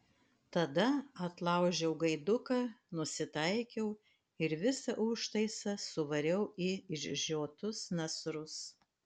tada atlaužiau gaiduką nusitaikiau ir visą užtaisą suvariau į išžiotus nasrus